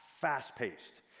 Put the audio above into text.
fast-paced